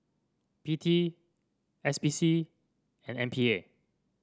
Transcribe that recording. P T S P C and M P A